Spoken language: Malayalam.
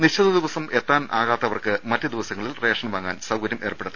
നിശ്ചിത ദിവസം എത്താനാകാത്തവർക്ക് മറ്റു ദിവസങ്ങളിൽ റേഷൻ വാങ്ങാൻ സൌകര്യം ഏർപ്പെടുത്തും